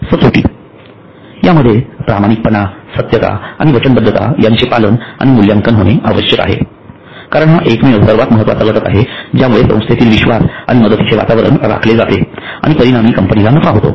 सचोटीज्यामध्ये प्रामाणिकपणा सत्यता आणि वचनबद्धता याचे पालन आणि मूल्यांकन होणे आवश्यक आहे कारण हा एकमेव सर्वात महत्वाचा घटक आहे ज्यामुळे संस्थेतील विश्वास आणि मदतीचे वातावरण राखले जाते आणि परिणामी कंपनीला नफा होतो